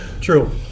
True